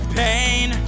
pain